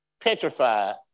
petrified